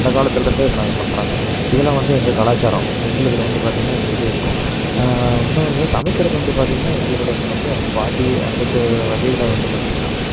அந்தக் காலத்துலேருந்தே இதை நாங்கள் பண்றோங்க இதெல்லாம் வந்து எங்கள் கலாச்சாரம் எங்களுதில் வந்து பார்த்திங்கனா இந்த இது இருக்கும் இன்னும் வந்து சமைக்கிறது வந்து பார்த்திங்கனா எங்களுதில் இன்னுமே எங்கள் பாட்டி அந்த க வகையில் வந்து பார்த்திங்கனா